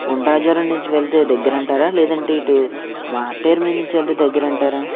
ఉండ్రాజరం నుంచి వెళ్తే దగ్గరంటారా లేదంటే ఇటూ మార్టేరు నుంచి వెళ్తే దగ్గరంటారా